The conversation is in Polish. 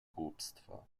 głupstwa